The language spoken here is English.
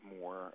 more